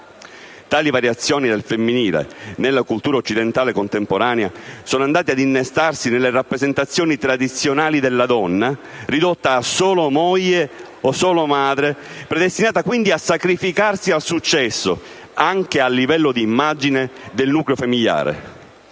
Tali variazioni del femminile nella cultura occidentale contemporanea sono andate ad innestarsi nelle rappresentazioni tradizionali della donna, ridotta a solo moglie o solo madre, predestinata quindi a sacrificarsi al successo anche a livello di immagine del nucleo familiare: